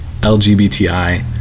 LGBTI